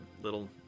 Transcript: little